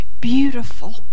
beautiful